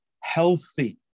healthy